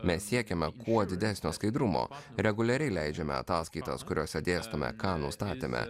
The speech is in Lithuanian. mes siekiame kuo didesnio skaidrumo reguliariai leidžiame ataskaitas kuriose dėstome ką nustatėme